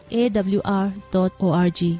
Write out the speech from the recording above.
awr.org